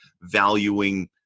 valuing